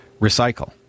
recycle